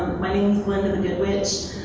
my name is glenda the good witch.